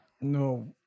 No